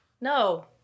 no